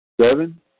Seven